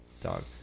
dog